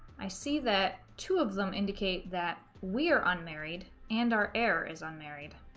i see that two of them indicate that we are unmarried and our heir is unmarried.